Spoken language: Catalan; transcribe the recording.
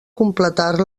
completar